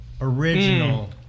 original